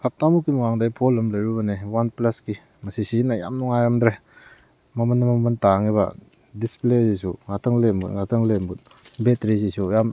ꯍꯞꯇꯥꯃꯨꯛꯀꯤ ꯃꯃꯥꯡꯗ ꯑꯩ ꯐꯣꯟ ꯑꯃ ꯂꯩꯔꯨꯕꯅꯦ ꯋꯥꯟ ꯄ꯭ꯂꯁꯀꯤ ꯃꯁꯤ ꯁꯤꯖꯤꯟꯅ ꯌꯥꯝ ꯅꯨꯡꯉꯥꯏꯔꯝꯗ꯭ꯔꯦ ꯃꯃꯟꯅ ꯃꯃꯟ ꯇꯥꯡꯉꯤꯕ ꯗꯤꯁꯄ꯭ꯂꯦꯁꯤꯁꯨ ꯉꯥꯛꯇꯪ ꯂꯩꯔ ꯃꯨꯠ ꯉꯥꯛꯇꯪ ꯂꯩꯔ ꯃꯨꯠ ꯕꯦꯇ꯭ꯔꯤꯁꯤꯁꯨ ꯌꯥꯝ